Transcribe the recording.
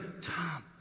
Tom